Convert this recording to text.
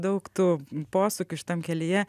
daug tų posūkių šitam kelyje